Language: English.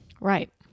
Right